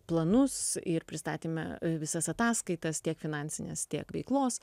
planus ir pristatėme visas ataskaitas tiek finansines tiek veiklos